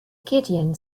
gideon